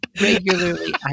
regularly